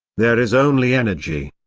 there is only energy.